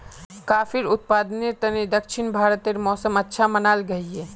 काफिर उत्पादनेर तने दक्षिण भारतेर मौसम अच्छा मनाल गहिये